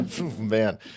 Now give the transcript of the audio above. Man